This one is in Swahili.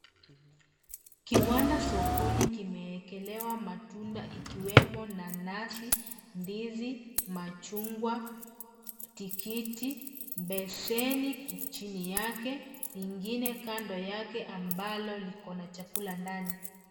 Kiwanda sokoni kimeekelewa matunda, ikiwemo nanasi, ndizi, machungwa, tikiti. Beseni chini yake ingine kando yake, ambalo liko na chakula ndani.